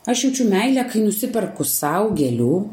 aš jaučiu meilę kai nusiperku sau gėlių